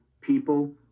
people